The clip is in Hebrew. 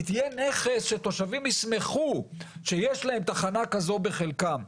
היא תהיה נכס שתושבים ישמחו שיש להם תחנה כזו בחלקם.